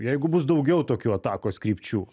jeigu bus daugiau tokių atakos krypčių